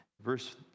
Verse